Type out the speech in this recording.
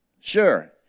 sure